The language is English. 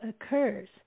occurs